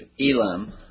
Elam